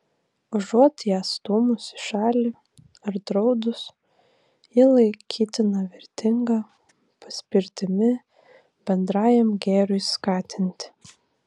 užuot ją stūmus į šalį ar draudus ji laikytina vertinga paspirtimi bendrajam gėriui skatinti